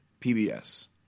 PBS